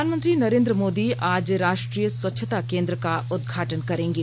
प्रधानमंत्री नरेन्द्र मोदी आज राष्ट्रीय स्वच्छता केन्द्र का उदघाटन करेंगे